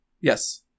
Yes